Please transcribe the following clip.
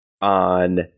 on